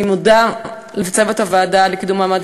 אני מודה לצוות הוועדה לקידום מעמד